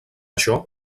això